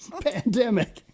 Pandemic